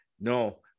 No